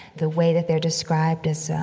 the way that they're described as, so